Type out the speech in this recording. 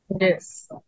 Yes